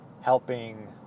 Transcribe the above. Helping